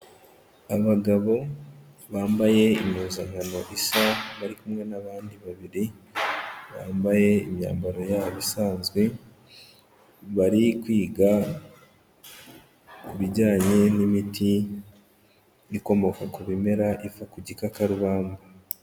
Abagabo bambaye impuzankano isa bari kumwe n'abandi babiri, bambaye imyambaro yabo isanzwe bari kwiga ku bijyanye n'imiti ikomoka ku bimera, iva ku gikakarubamba.